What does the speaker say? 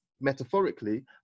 metaphorically